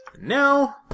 Now